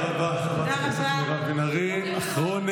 תודה רבה, חברת הכנסת